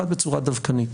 אחת, בצורה דווקנית,